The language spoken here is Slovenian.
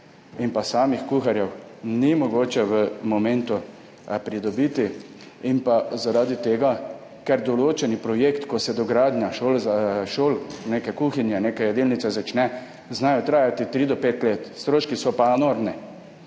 in pa samih kuharjev ni mogoče v momentu pridobiti in pa zaradi tega, ker določeni projekti, ko se dogradnja šol, neke kuhinje, neke jedilnice začne, znajo trajati tri do pet let, stroški so pa enormni.